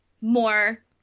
more